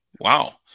Wow